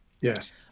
yes